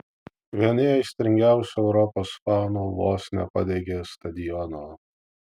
vieni aistringiausių europos fanų vos nepadegė stadiono